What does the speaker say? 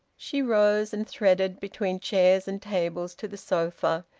she rose and threaded between chairs and tables to the sofa,